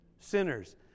Sinners